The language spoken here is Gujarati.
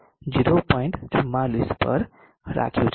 44 પર રાખ્યું છે